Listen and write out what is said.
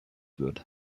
wird